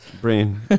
Brain